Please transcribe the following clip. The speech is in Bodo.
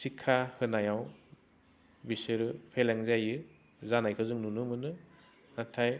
शिका होनायाव बिसोरो फेलें जायो जानायखौ जों नुनो मोनो नाथाय